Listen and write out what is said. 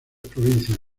provincias